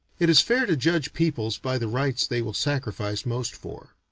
it is fair to judge peoples by the rights they will sacrifice most for.